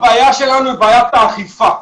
הבעיה שלנו היא בעיית האכיפה.